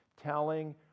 telling